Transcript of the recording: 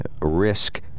risk